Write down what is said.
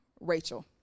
Rachel